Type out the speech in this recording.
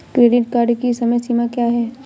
Credit card की समय सीमा क्या है?